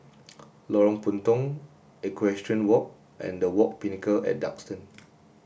Lorong Puntong Equestrian Walk and The Pinnacle at Duxton